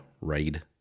raid